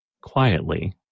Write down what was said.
quietly